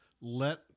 Let